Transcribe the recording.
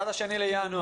עד ה-2 בינואר.